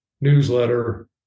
newsletter